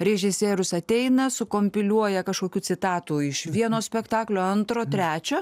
režisierius ateina sukompiliuoja kažkokių citatų iš vieno spektaklio antro trečio